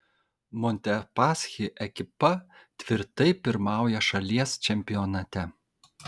montepaschi ekipa tvirtai pirmauja šalies čempionate